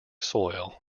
soil